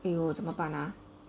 !aiyo! 怎么办 ah